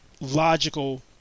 logical